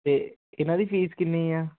ਤੇ ਇਹਨਾਂ ਦੀ ਫੀਸ ਕਿੰਨੀ ਹੈ